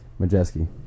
Majeski